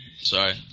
Sorry